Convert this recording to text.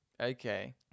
okay